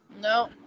No